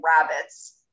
rabbits